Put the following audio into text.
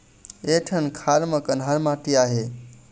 एक ठन खार म कन्हार माटी आहे?